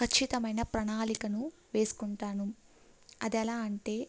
ఖచ్చితమైన ప్రణాళికను వేసుకుంటాను అదెలా అంటే